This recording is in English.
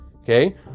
Okay